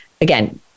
again